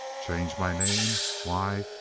change my name? why,